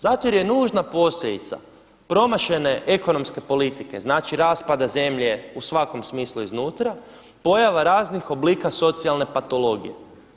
Zato jer je nužna posljedica promašene ekonomske politike, znači raspada zemlje u svakom smislu iznutra, pojava raznih oblika socijalne patologije.